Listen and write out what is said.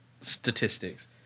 statistics